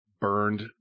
burned